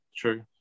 true